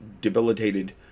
debilitated